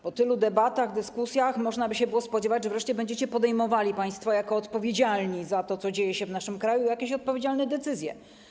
Po tylu debatach, dyskusjach można by się spodziewać, że wreszcie będziecie podejmowali państwo jako odpowiedzialni za to, co dzieje się w naszym kraju, jakieś odpowiedzialne decyzje.